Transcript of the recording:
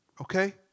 Okay